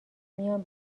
میام